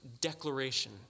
declaration